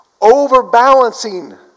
Overbalancing